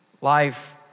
Life